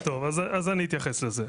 טוב אז אני אתייחס לזה,